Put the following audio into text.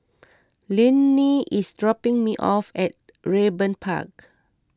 Linnie is dropping me off at Raeburn Park